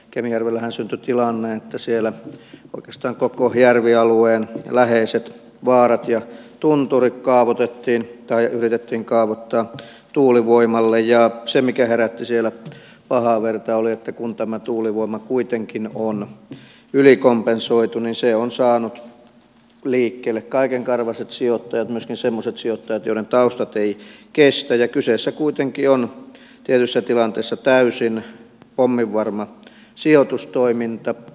kemijärvellähän syntyi tilanne että siellä oikeastaan koko järvialueen läheiset vaarat ja tunturit yritettiin kaavoittaa tuulivoimalle ja se mikä herätti siellä pahaa verta oli että kun tämä tuulivoima kuitenkin on ylikompensoitu niin se on saanut liikkeelle kaikenkarvaiset sijoittajat myöskin semmoiset sijoittajat joiden taustat eivät kestä ja kyseessä kuitenkin on tietyssä tilanteessa täysin pomminvarma sijoitustoiminta